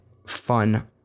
fun